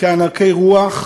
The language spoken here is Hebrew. כענקי רוח,